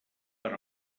per